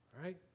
right